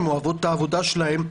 הן אוהבות את העבודה שלהן,